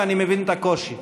ואני מבין את הקושי.